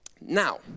Now